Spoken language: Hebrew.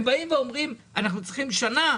אם הם באים ואומרים: אנחנו צריכים שנה,